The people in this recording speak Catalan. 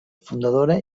fundadora